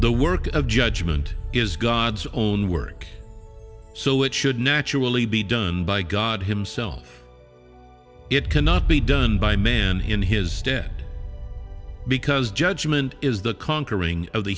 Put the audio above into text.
the work of judgement is god's own work so it should naturally be done by god himself it cannot be done by man in his stead because judgment is the conquering of the